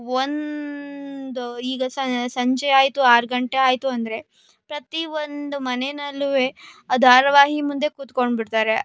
ಒಂದು ಈಗ ಸಂಜೆ ಆಯಿತು ಆರು ಗಂಟೆ ಆಯಿತು ಅಂದರೆ ಪ್ರತಿ ಒಂದು ಮನೆಯಲ್ಲು ಆ ಧಾರಾವಾಹಿ ಮುಂದೆ ಕೂತ್ಕೊಂಡು ಬಿಡ್ತಾರೆ